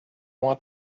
want